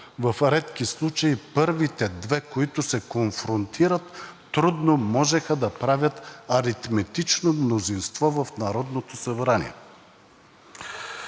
В редки случаи първите две, които се конфронтират, трудно можеха да правят аритметично мнозинство в Народното събрание.